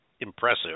impressive